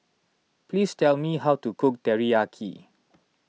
please tell me how to cook Teriyaki